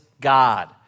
God